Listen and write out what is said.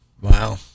Wow